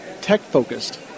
tech-focused